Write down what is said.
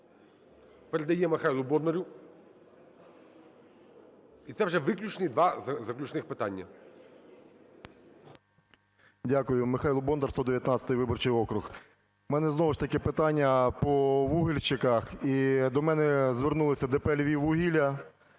передає Михайлу Бондару. І це вже виключно два заключних питання. 11:07:49 БОНДАР М.Л. Дякую. Михайло Бондар, 119 виборчий округ. В мене знову ж таки питання по вугільщиках, і до мене звернулося ДП "Львіввугілля".